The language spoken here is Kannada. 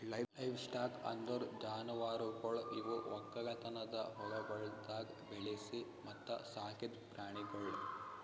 ಲೈವ್ಸ್ಟಾಕ್ ಅಂದುರ್ ಜಾನುವಾರುಗೊಳ್ ಇವು ಒಕ್ಕಲತನದ ಹೊಲಗೊಳ್ದಾಗ್ ಬೆಳಿಸಿ ಮತ್ತ ಸಾಕಿದ್ ಪ್ರಾಣಿಗೊಳ್